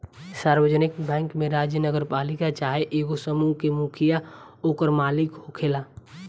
सार्वजानिक बैंक में राज्य, नगरपालिका चाहे एगो समूह के मुखिया ओकर मालिक होखेला